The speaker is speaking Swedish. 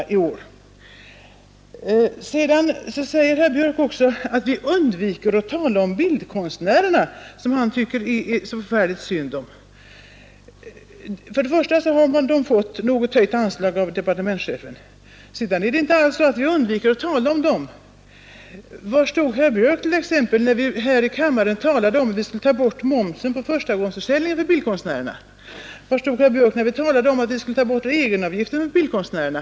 Vidare säger herr Björk att vi undviker att tala om bildkonstnärerna, som han tycker förfärligt synd om. För det första har de fått ett något höjt anslag av departementschefen. För det andra är det inte alls så att vi undviker att tala om dem! Var stod herr Björk t.ex. när vi här i kammaren talade om att ta bort momsen på bildkonstnärernas förstagångsförsäljning? Var stod herr Björk när vi talade om att vi skulle ta bort egenavgiften för bildkonstnärerna?